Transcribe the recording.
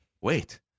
wait